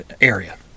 area